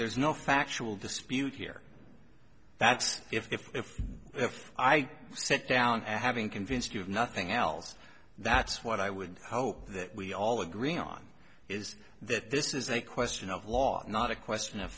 there's no factual dispute here that's if if if i sit down and having convinced you of nothing else that's what i would hope that we all agree on is that this is a question of law not a question of